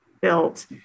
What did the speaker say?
built